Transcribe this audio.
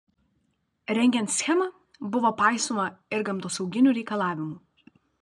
rengiant schemą buvo paisoma ir gamtosauginių reikalavimų